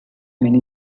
many